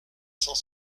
cent